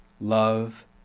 love